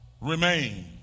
Remain